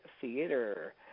Theater